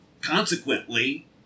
consequently